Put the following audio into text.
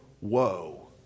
whoa